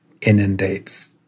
inundates